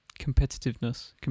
Competitiveness